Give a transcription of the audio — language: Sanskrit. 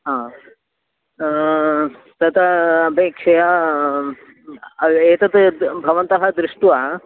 हा तदा अपेक्षया एतत् भवन्तः दृष्ट्या